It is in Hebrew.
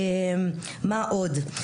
מה עוד?